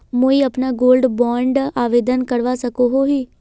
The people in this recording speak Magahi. मुई अपना गोल्ड बॉन्ड आवेदन करवा सकोहो ही?